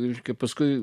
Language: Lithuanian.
vyriškį paskui